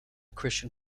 christian